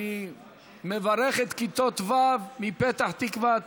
אני מברך את כיתות ו' מפתח תקווה,